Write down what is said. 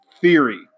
theory